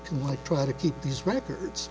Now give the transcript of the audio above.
can like try to keep these records